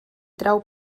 trau